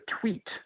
tweet